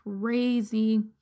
crazy